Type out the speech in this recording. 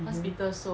mmhmm